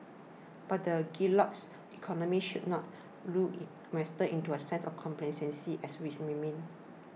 but the Goldilocks economy should not lull investors into a sense of complacency as risks remain